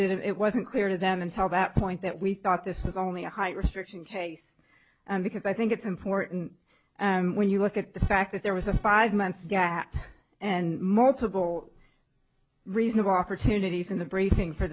at it wasn't clear to them until that point that we thought this was only a height restriction case because i think it's important when you look at the fact that there was a five month gap and multiple reasonable opportunities in the briefing for